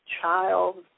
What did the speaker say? child